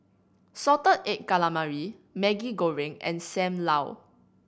salted egg calamari Maggi Goreng and Sam Lau